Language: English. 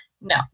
no